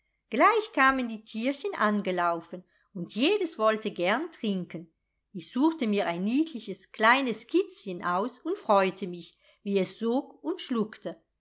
gleich kamen die tierchen angelaufen und jedes wollte gern trinken ich suchte mir ein niedliches kleines kitzchen aus und freute mich wie es sog und schluckte